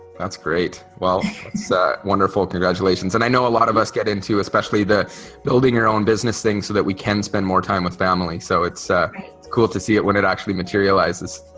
that's great. well so wonderful congratulations and i know a lot of us get into especially the building your own business thing so that we can spend more time with family so it's cool to see it when it actually materializes.